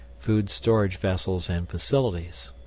food storage vessels and facilities